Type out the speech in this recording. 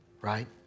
right